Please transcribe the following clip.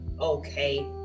okay